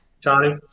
Johnny